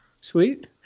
Sweet